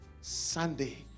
sunday